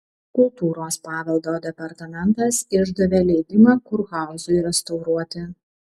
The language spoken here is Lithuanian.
kultūros paveldo departamentas išdavė leidimą kurhauzui restauruoti